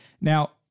Now